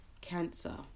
cancer